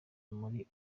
muri